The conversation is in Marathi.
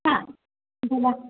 हां बोला